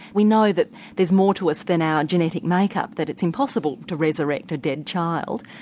we know that there's more to us than our genetic make up that it's impossible to resurrect a dead child.